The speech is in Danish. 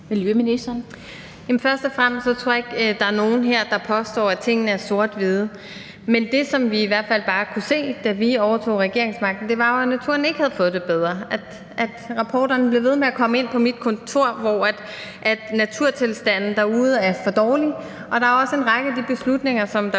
Først og fremmest tror jeg ikke, at der er nogen her, der påstår, at tingene er sort-hvide. Men det, som vi bare kunne se, da vi overtog regeringsmagten, var jo, at naturen ikke havde fået det bedre; at rapporterne blev ved med at komme ind på mit kontor og viste, at naturtilstanden derude er for dårlig. Og der er også en række af de beslutninger, som blev